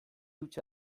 hutsa